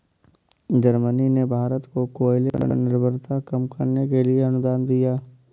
Germany ने भारत को कोयले पर निर्भरता कम करने के लिए अनुदान दिया